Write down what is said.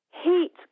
heat